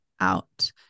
out